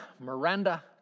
Miranda